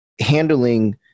handling –